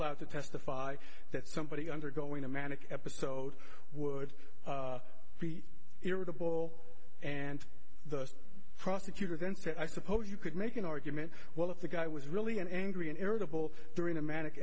allowed to testify that somebody undergoing a manic episode would be irritable and the prosecutor then said i suppose you could make an argument well if the guy was really an angry and irritable during a manic